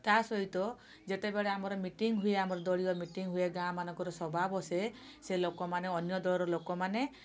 ତା' ସହିତ ଯେତେବେଳେ ଆମର ମିଟିଂ ହୁଏ ଆମର ଦଳୀୟ ମିଟିଂ ହୁଏ ଗାଁ ମାନଙ୍କରେ ସଭା ବସେ ସେ ଲୋକମାନେ ଅନ୍ୟ ଦଳର ଲୋକମାନେ